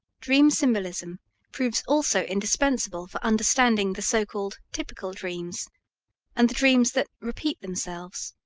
dream symbolism proves also indispensable for understanding the so-called typical dreams and the dreams that repeat themselves.